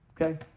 okay